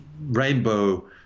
rainbow